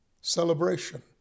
celebration